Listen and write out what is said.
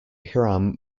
hiram